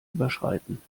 überschreiten